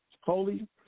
holy